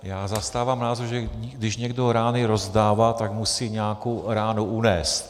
Já zastávám názor, že když někdo rány rozdává, tak musí nějakou ránu unést.